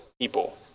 people